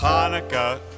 Hanukkah